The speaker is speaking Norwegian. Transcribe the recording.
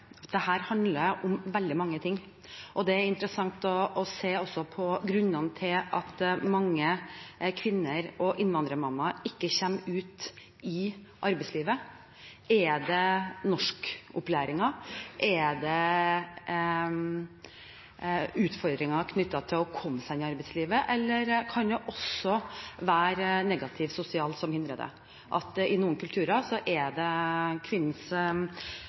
handler om veldig mange ting. Det er interessant å se også på grunnene til at mange kvinner og innvandrermammaer ikke kommer seg ut i arbeidslivet. Er det norskopplæringen? Er det utfordringer knyttet til å komme seg ut i arbeidslivet, eller kan det også være det at det er negativt sosialt, som hindrer det – at det i noen kulturer er kvinnens